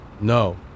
No